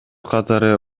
катары